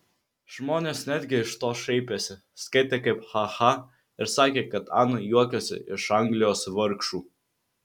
žmonės netgi iš to šaipėsi skaitė kaip ha ha ir sakė kad ana juokiasi iš anglijos vargšų